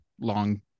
long